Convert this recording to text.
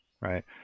right